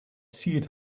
siert